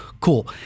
cool